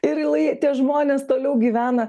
ir lai tie žmonės toliau gyvena